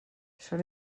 són